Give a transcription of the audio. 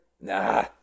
Nah